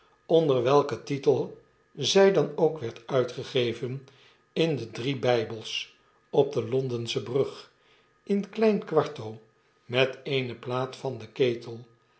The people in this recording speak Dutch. onder welken titel ztj dan ook werd uitgegeven in de drie bybels op de londensche brug in klein kwarto met eene plaat van den ketel